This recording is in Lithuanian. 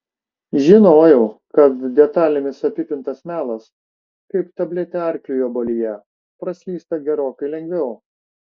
žinojau kad detalėmis apipintas melas kaip tabletė arkliui obuolyje praslysta gerokai lengviau